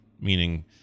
Meaning